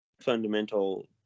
fundamental